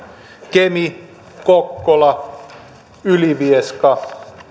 kemi kokkola ylivieska